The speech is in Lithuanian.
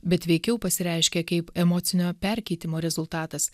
bet veikiau pasireiškia kaip emocinio perkeitimo rezultatas